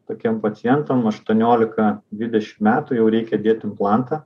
tokiem pacientam aštuoniolika dvidešim metų jau reikia dėt implantą